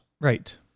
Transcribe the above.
Right